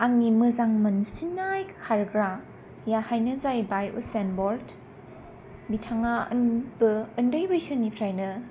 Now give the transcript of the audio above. आंनि मोजां मोनसिन्नाय खारग्रायाहायनो जाहैबाय उसेन बल्ट बिथाङा उन्दै बैसोनिफ्रायनो